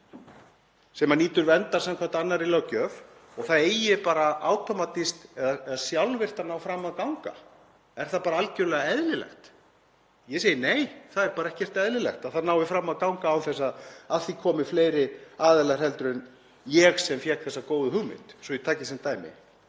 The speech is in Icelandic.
sem nýtur verndar samkvæmt annarri löggjöf, og hún eigi bara sjálfvirkt að ná fram að ganga? Er það bara algerlega eðlilegt? Ég segi nei, það er bara ekkert eðlilegt að það nái fram að ganga án þess að að því komi fleiri aðilar en ég sem fékk þessa góðu hugmynd, svo að ég taki dæmi.